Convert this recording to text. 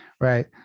Right